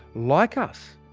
like us,